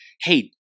hey